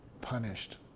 punished